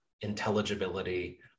intelligibility